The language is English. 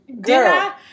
girl